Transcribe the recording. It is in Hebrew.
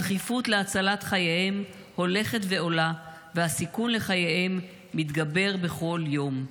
הדחיפות להצלת חייהם הולכת ועולה והסיכון לחייהם מתגבר בכל יום.